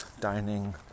dining